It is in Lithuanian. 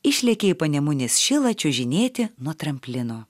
išlėkė į panemunės šilą čiuožinėti nuo tramplino